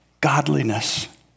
godliness